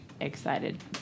excited